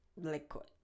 Liquid